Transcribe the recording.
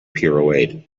pirouetted